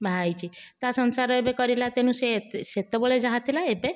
ବାହା ହେଇଛି ତା' ସଂସାର ଏବେ କରିଲା ତେଣୁ ସିଏ ଏତେ ସେତେବେଳେ ଯାହା ଥିଲା ଏବେ